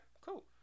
cool